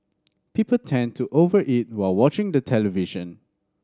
people tend to over eat while watching the television